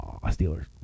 Steelers